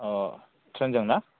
अ train जों ना